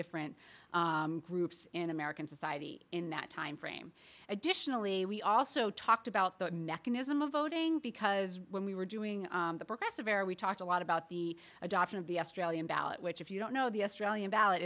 different groups in american society in that time frame additionally we also talked about the mechanism of voting because when we were doing the progressive era we talked a lot about the adoption of the ballot which if you don't know the australian ballot